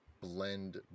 blend